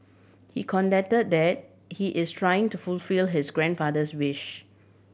he contend that he is trying to fulfil his grandfather's wish